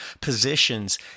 positions